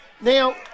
now